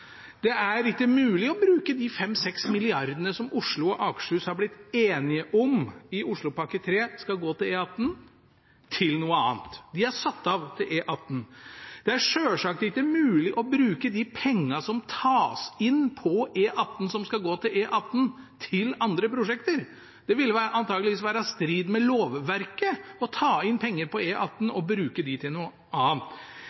Det er ikke mulig å bruke de 5–6 mrd. kr som Oslo og Akershus i Oslopakke 3 har blitt enige om skal gå til E18, til noe annet. De er satt av til E18. Det er selvsagt ikke mulig å bruke de pengene som tas inn på E18 – som skal gå til E18 – til andre prosjekter. Det ville antakeligvis være i strid med lovverket å ta inn penger på E18 og bruke dem til noe annet.